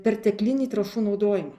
perteklinį trąšų naudojimą